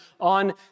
on